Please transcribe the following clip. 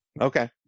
Okay